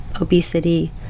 obesity